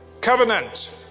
Covenant